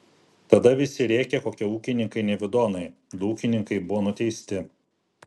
tada visi rėkė kokie ūkininkai nevidonai du ūkininkai buvo nuteisti